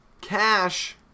Cash